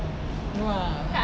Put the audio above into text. no ah